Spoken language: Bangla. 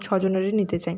ছজনেরই নিতে চাই